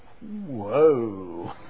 whoa